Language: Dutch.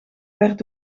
werd